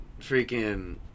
Freaking